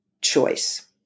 choice